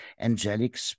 angelic